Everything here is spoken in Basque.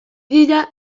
dira